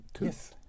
Yes